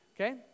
Okay